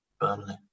Burnley